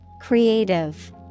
Creative